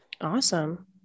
Awesome